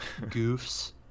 goofs